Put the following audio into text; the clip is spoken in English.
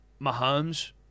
Mahomes